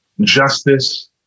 Justice